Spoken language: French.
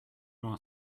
loin